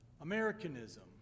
Americanism